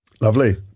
Lovely